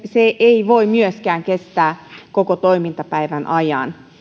se ei voi myöskään kestää koko toimintapäivän ajan